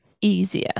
easier